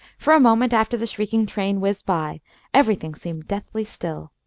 for a moment after the shrieking train whizzed by everything seemed deathly still.